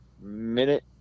minute